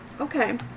Okay